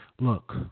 Look